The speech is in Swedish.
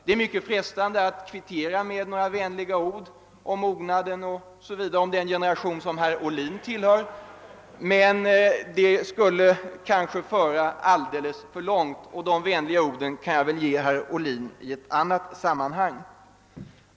Det är mycket frestande att kvittera med några vänliga ord om mognaden etc. hos den generation som herr Ohlin tillhör. Men det skulle kanske föra alldeles för långt, och de vänliga orden kan jag väl ge herr Ohlin i ett annat sammanhang.